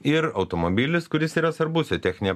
ir automobilis kuris yra svarbus jo techninė